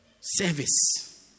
service